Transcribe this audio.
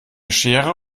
schere